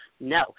no